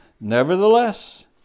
Nevertheless